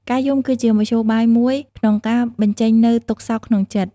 ការយំគឺជាមធ្យោបាយមួយក្នុងការបញ្ចេញនូវទុក្ខសោកក្នុងចិត្ត។